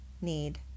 need